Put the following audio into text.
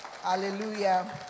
Hallelujah